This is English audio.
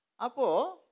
Apo